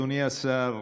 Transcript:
אדוני השר,